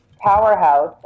powerhouse